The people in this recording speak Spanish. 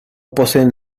poseen